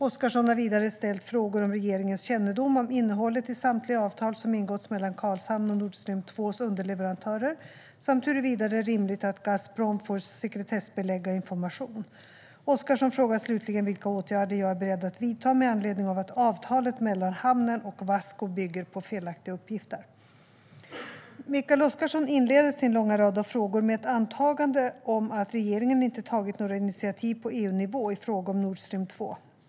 Oscarsson har vidare ställt frågor om regeringens kännedom om innehållet i samtliga avtal som ingåtts mellan Karlshamn och Nord Stream 2:s underleverantörer samt huruvida det är rimligt att Gazprom får sekretessbelägga information. Oscarsson frågar slutligen vilka åtgärder jag är beredd att vidta med anledning av att avtalet mellan hamnen och Wasco bygger på felaktiga uppgifter. Mikael Oscarsson inleder sin långa rad av frågor med ett antagande om att regeringen inte har tagit några initiativ på EU-nivå i fråga om Nord Stream 2.